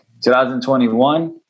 2021